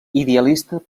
idealista